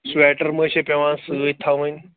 sweater مہ حظ چھِ پٮ۪وان سۭتۍ تھاوٕنۍ